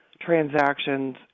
transactions